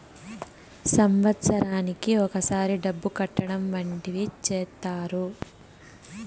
సంవత్సరానికి ఒకసారి డబ్బు కట్టడం వంటివి చేత్తారు